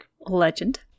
legend